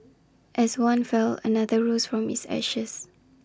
as one fell another rose from its ashes